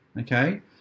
okay